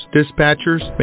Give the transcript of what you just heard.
dispatchers